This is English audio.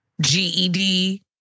GED